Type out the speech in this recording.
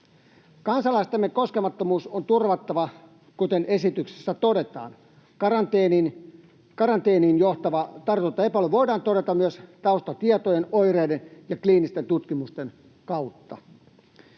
Kansalaistemme koskemattomuus on turvattava, kuten esityksessä todetaan. Karanteeniin johtava tartuntaepäily voidaan todeta myös taustatietojen, oireiden ja kliinisten tutkimusten kautta.